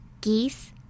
geese